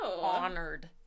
honored